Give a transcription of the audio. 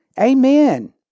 Amen